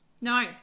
No